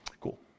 Cool